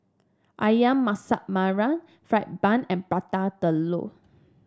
ayam Masak Merah fried bun and Prata Telur